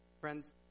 Friends